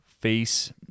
face